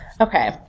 Okay